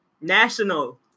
National